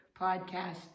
podcast